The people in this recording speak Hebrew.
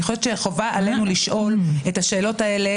אני חושבת שחובה עלינו לשאול את השאלות האלה,